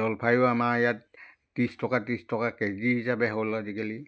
জলফায়ো আমাৰ ইয়াত ত্ৰিছ টকা ত্ৰিছ টকা কেজি হিচাপে হ'ল আজিকালি